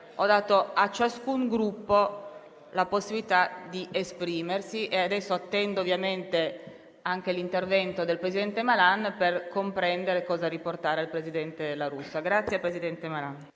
ho dato a ciascun Gruppo la possibilità di esprimersi. Adesso attendo ovviamente anche l'intervento del presidente Malan per comprendere cosa riportare al presidente La Russa.